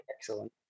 Excellent